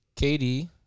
KD